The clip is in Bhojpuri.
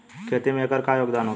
खेती में एकर का योगदान होखे?